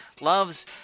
loves